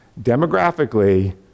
Demographically